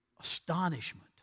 astonishment